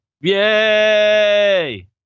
Yay